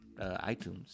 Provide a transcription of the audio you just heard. iTunes